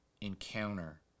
encounter